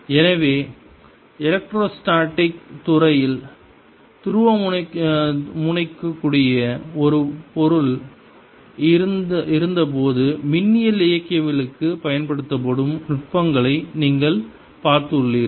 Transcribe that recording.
HB0 M3MB033MB0 Binside0HM3M13MBapplied எனவே electrostatic துறையில் துருவமுனைக்கக்கூடிய பொருள் இருந்தபோது மின்னியல் இயக்கவியலுக்குப் பயன்படுத்தப்படும் நுட்பங்களை நீங்கள் பார்த்துள்ளீர்கள்